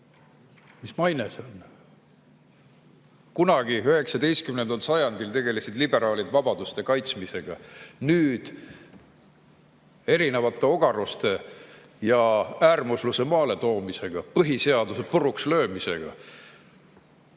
mis maine see on? Kunagi, 19. sajandil tegelesid liberaalid vabaduste kaitsmisega, nüüd erinevate ogaruste ja äärmusluse maaletoomisega, põhiseaduse purukslöömisega.